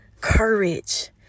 courage